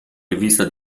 rivista